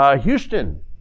Houston